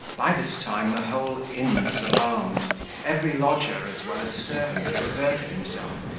by this time the whole inn was alarmed every lodger, as well as servant, exerted himself,